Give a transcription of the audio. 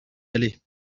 aller